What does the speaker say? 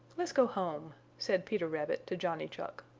let's go home, said peter rabbit to johnny chuck.